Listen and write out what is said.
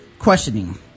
questioning